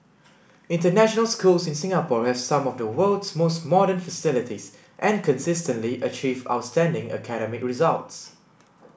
international schools in Singapore have some of the world's most modern facilities and consistently achieve outstanding academic results